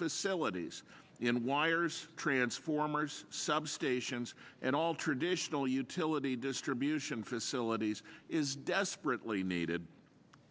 facilities in wires transformers substations and all traditional utility distribution facilities is desperately needed